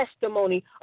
testimony